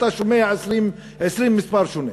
אתה שומע 20 מספרים שונים.